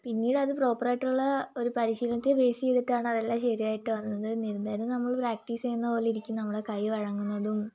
പിന്നീടത് പ്രോപ്പർ ആയിട്ടുള്ള ഒരു പരിശീലത്തെ ബേസ് ചെയ്തിട്ടാണ് അതെല്ലാം ശരിയായിട്ട് വന്നത് നിരന്തരം നമ്മള് പ്രാക്ടീസ് ചെയ്യുന്ന പോലെ ഇരിക്കുന്ന നമ്മുടെ കൈ വഴങ്ങുന്നതും